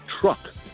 truck